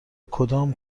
کدام